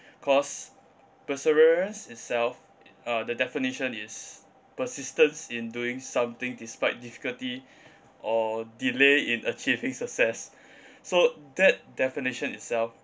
cause perseverance itself uh the definition is persistence in doing something despite difficulty or delay in achieving success so that definition itself